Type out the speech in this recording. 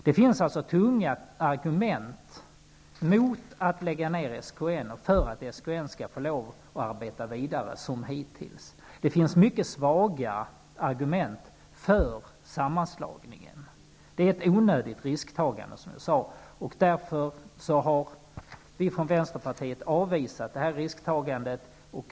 Det finns alltså tunga argument mot att lägga ned SKN och för att SKN skall få lov att arbeta vidare som hittills. Det finns mycket svaga argument för sammanslagningen. Det är ett onödigt risktagande, som jag sade. Därför har vi i Vänsterpartiet avvisat detta risktagande.